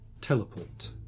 teleport